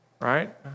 Right